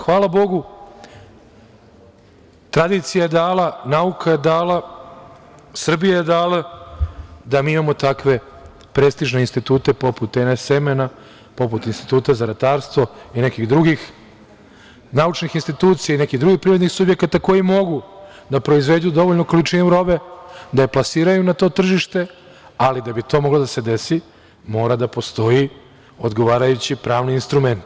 Hvala Bogu, tradicija je dala, nauka je dala, Srbija je dala da mi imamo takve prestižne institute, poput "NS seme", poput Instituta za ratarstvo i nekih drugih naučnih institucija i nekih drugih privrednih subjekata koji mogu da proizvedu dovoljnu količinu robe da je plasiraju na to tržište, ali da bi to moglo da se desi, mora da postoji odgovarajući pravni instrument.